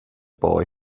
boy